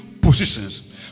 positions